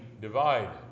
divided